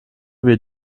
wie